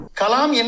kalam